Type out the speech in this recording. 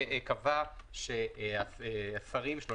אני לא בטוח שזו הייתה כוונת המחוקק.